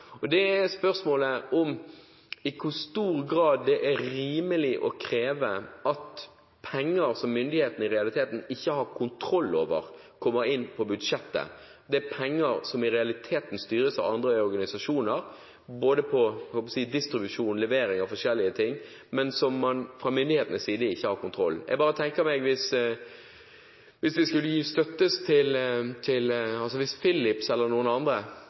spørsmålet om i hvor stor grad det er rimelig å kreve at penger som myndighetene i realiteten ikke har kontroll over, kommer inn på budsjettet. Det er penger som i realiteten styres av andre organisasjoner, på distribusjon og levering av forskjellige ting, som man fra myndighetenes side ikke har kontroll over. Jeg bare tenker meg: Hvis Philips, en stiftelse eller noen andre skulle bestemme seg for å støtte de forskjellige sykehusene med noe materiell, og vi ikke har noen